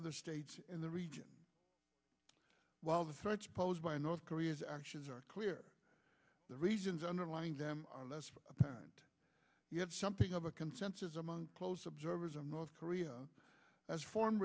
other states in the region while the threats posed by north korea's actions are clear the reasons underlying them are less apparent you have something of a consensus among close observers of north korea as for